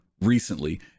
recently